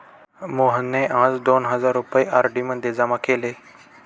मोहनने आज दोन हजार रुपये आर.डी मध्ये जमा केले